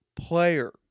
player